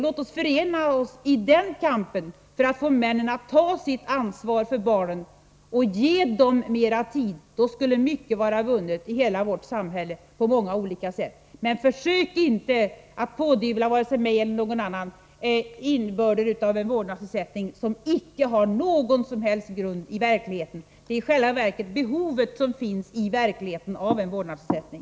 Låt oss förena oss i kampen för att få männen att ta sitt ansvar för barnen och ge dem mera tid. Då skulle mycket vara vunnet i hela vårt samhälle på många olika sätt. Försök inte att pådyvla mig eller någon annan en tolkning av vårdnadsersättningen som icke har någon som helst grund i verkligheten. Det är i själva verket så, att det finns ett behov av en vårdnadsersättning.